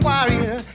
Warrior